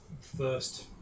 first